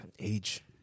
Age